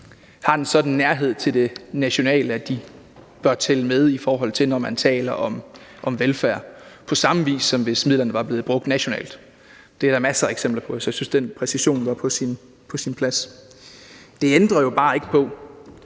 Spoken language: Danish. har en sådan nærhed til det nationale, at de bør tælle med, når man taler om velfærd, på samme vis, som hvis midlerne var blevet brugt nationalt. Det er der masser af eksempler på, så jeg synes, den præcision var på sin plads. Det ændrer jo bare ikke på,